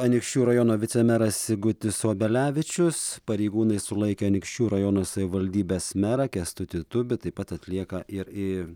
anykščių rajono vicemeras sigutis obelevičius pareigūnai sulaikė anykščių rajono savivaldybės merą kęstutį tubį taip pat atlieka ir